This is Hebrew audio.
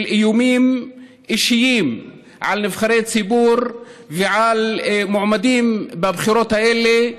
איומים אישיים על נבחרי ציבור ועל מועמדים בבחירות האלה,